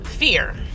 Fear